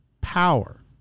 power